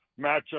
matchup